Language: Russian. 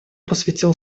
посвятил